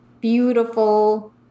beautiful